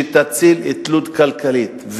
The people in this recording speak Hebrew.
שתציל את לוד כלכלית,